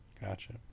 Gotcha